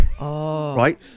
Right